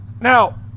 Now